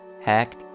hacked